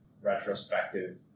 retrospective